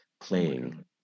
playing